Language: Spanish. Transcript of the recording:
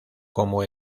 como